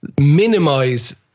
minimize